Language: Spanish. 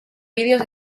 vídeos